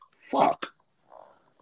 Fuck